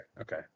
Okay